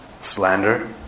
slander